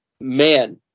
Man